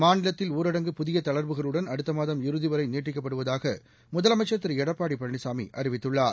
மாநிலத்தில் ஊரடங்கு புதிய தளா்வுகளுடன் அடுத்த மாதம் இறுதி வரை நீட்டிக்கப்படுவதாக முதலமைச்சர் திரு எடப்பாடி பழனிசாமி அறிவித்துள்ளார்